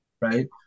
right